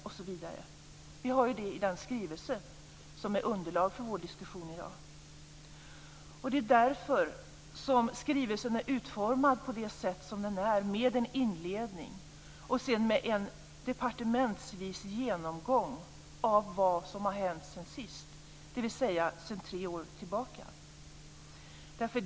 Det här finns med i den skrivelse som är underlag för vår diskussion i dag. Det är därför som skrivelsen är utformad på det sätt som den är med en inledning och sedan med en departementsvis genomgång av vad som har hänt sedan sist, dvs. sedan tre år tillbaka.